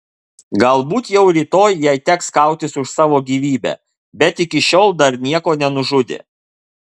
galbūt jau rytoj jai teks kautis už savo gyvybę bet iki šiol dar nieko nenužudė